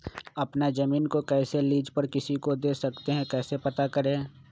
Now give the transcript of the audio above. अपना जमीन को कैसे लीज पर किसी को दे सकते है कैसे पता करें?